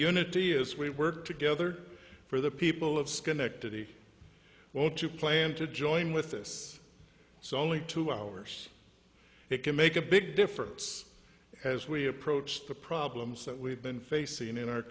unity as we work together for the people of schenectady well to plan to join with us so only two hours it can make a big difference as we approach the problems that we've been facing in our